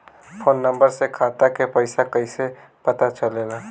Phone number से खाता के पइसा कईसे पता चलेला?